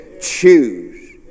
Choose